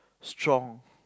strong